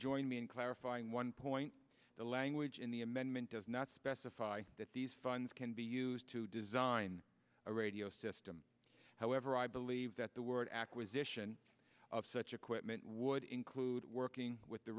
join me in are fine one point the language in the amendment does not specify that these funds can be used to design a radio system however i believe that the word acquisition of such equipment would include working with the